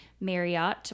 Marriott